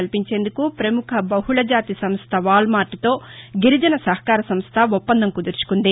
కల్పించేందుకు పముఖ బహుళ జాతి సంస్ల వాల్మార్ట్తో గిరిజన సహకార సంస్ల ఒప్పందం కుదుర్చుకుంది